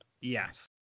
Yes